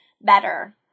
better